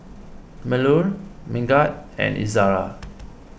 Melur Megat and Izara